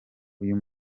uyu